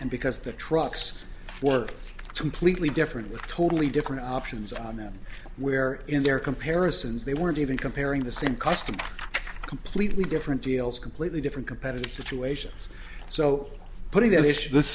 and because the trucks were completely different with totally different options on them where in their comparisons they weren't even comparing the same customer completely different deals completely different competitive situations so putting this issue this